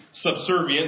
subservient